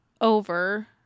over